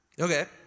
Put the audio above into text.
Okay